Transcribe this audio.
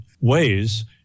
ways